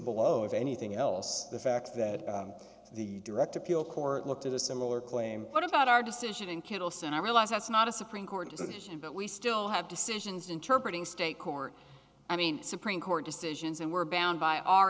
below if anything else the fact that the direct appeal court looked at a similar claim what about our decision in cattle so i realize that's not a supreme court decision but we still have decisions to interpret in state court i mean supreme court decisions and we're bound by our